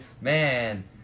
Man